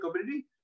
community